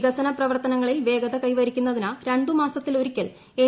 വികസന പ്രവർത്തനങ്ങളിൽ വേഗത കൈവരിക്കുന്നതിന് രണ്ടു മാസത്തിലൊരിക്കൽ എം